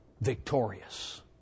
victorious